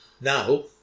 Now